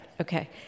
okay